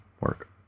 work